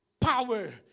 power